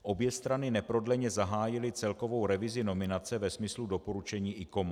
Obě strany neprodleně zahájily celkovou revizi nominace ve smyslu doporučení ICOMOS.